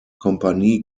kompanie